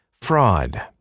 fraud